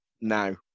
now